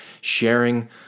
sharing